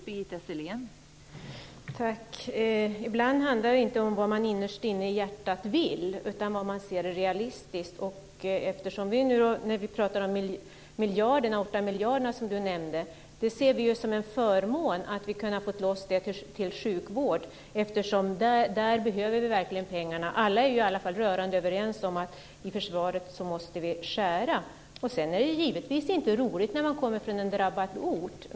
Fru talman! Ibland handlar det inte om vad man innerst inne i hjärtat vill utan vad man ser som realistiskt. Rolf Gunnarsson nämnde de 8 miljarderna. Vi ser det som en förmån att vi har kunnat få loss det till sjukvård. Där behöver vi verkligen pengarna. Alla är i varje fall rörande överens om att vi måste skära i försvaret. Det är givetvis inte roligt när man kommer från en drabbad ort.